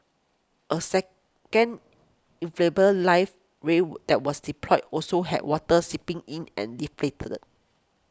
a second life ray woo that was deployed also had water seeping in and deflated